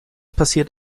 passiert